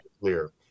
clear